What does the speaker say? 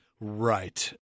Right